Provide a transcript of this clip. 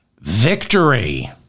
Victory